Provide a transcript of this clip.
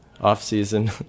off-season